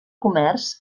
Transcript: comerç